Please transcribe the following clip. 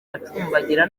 acumbagira